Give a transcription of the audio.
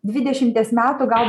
dvidešimties metų gal